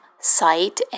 site